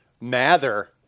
Mather